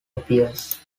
appears